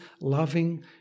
loving